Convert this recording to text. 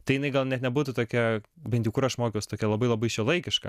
tai jinai gal net nebūtų tokia bent jau kur aš mokiaus tokia labai labai šiuolaikiška